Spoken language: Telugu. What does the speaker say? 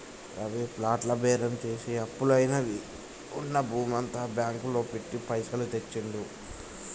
రవి ప్లాట్ల బేరం చేసి అప్పులు అయినవని ఉన్న భూమంతా బ్యాంకు లో పెట్టి పైసలు తెచ్చిండు